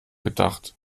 gedacht